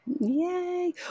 Yay